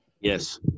Yes